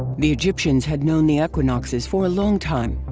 the egyptians had known the equinoxes for a long time.